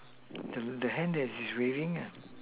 the the hand that is waving ah